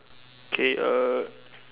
K uh